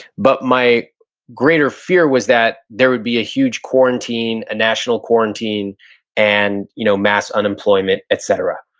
but my greater fear was that there would be a huge quarantine, a national quarantine and you know mass unemployment, etcetera.